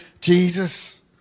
Jesus